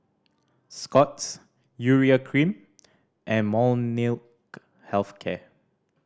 Scott's Urea Cream and Molnylcke Health Care